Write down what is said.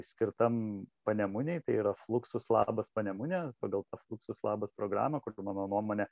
skirtam panemunei yra fluksus labas panemune pagal fluksus labas programą kur ten mano nuomone